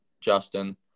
Justin